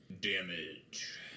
Damage